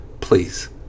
Please